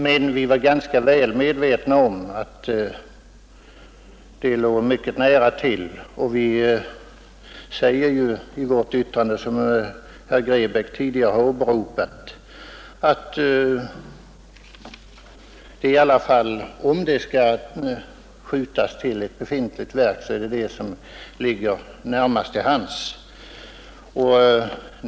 Vi var emellertid ganska väl medvetna om att detta var en mycket näraliggande lösning, och vi säger ju i vårt yttrande, som herr Grebäck tidigare har åberopat, att det om nämnden skall läggas till ett befintligt verk är riksskatteverket som ligger närmast till hands.